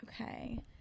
Okay